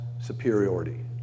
superiority